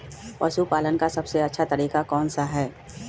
पशु पालन का सबसे अच्छा तरीका कौन सा हैँ?